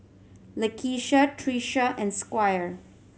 Lakeisha Trisha and Squire